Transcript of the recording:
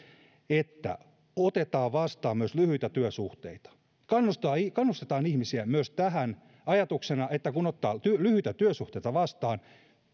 että otetaan vastaan myös lyhyitä työsuhteita että kannustetaan ihmisiä myös tähän ajatuksena se että kun ottaa lyhyitä työsuhteita vastaan